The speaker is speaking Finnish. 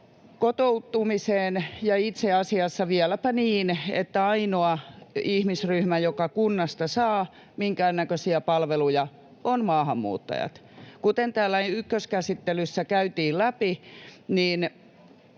kotoutumiseen, ja itse asiassa vieläpä niin, että ainoa ihmisryhmä, joka kunnasta saa minkäännäköisiä palveluja, on maahanmuuttajat. Kuten täällä ykköskäsittelyssä käytiin läpi,